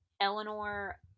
Eleanor